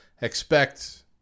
expect